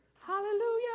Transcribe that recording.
hallelujah